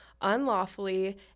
unlawfully